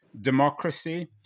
democracy